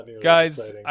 Guys